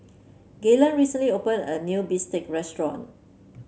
Gaylen recently opened a new bistake restaurant